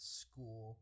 school